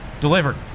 delivered